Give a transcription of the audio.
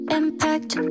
impact